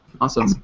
Awesome